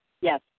Yes